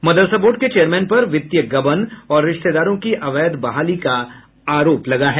मदरसा board के chairman पर वित्तीय गबन और रिश्तेदारों की अवैध बहाली का आरोप है